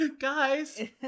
Guys